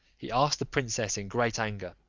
he asked the princess in great anger,